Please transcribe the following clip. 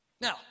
Now